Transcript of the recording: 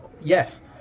yes